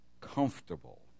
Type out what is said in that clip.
comfortable